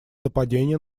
нападение